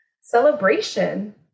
celebration